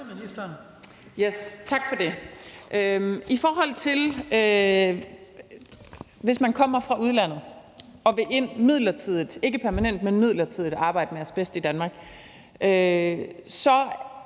Tak for det.